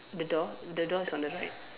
the door the door is on the right